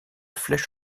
flèche